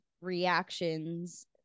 reactions